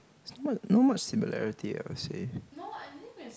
somewhat not much similarity I would say